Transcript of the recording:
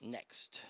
Next